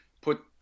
Put